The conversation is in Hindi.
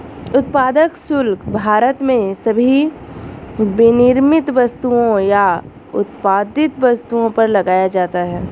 उत्पाद शुल्क भारत में सभी विनिर्मित वस्तुओं या उत्पादित वस्तुओं पर लगाया जाता है